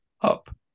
up